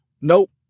Nope